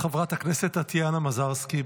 חברת הכנסת טטיאנה מזרסקי,